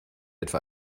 etwa